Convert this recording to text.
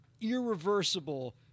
irreversible